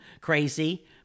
crazy